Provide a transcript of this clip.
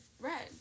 red